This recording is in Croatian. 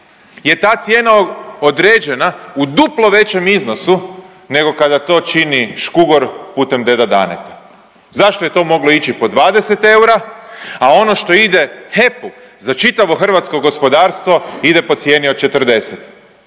je ta cijena određena u duplo većem iznosu nego kada to čini Škugor putem deda Daneta. Zašto je to moglo ići po 20 eura, a ono što ide HEP-u za čitavo hrvatsko gospodarstvo, ide po cijeni od 40.